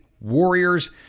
Warriors